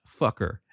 Fucker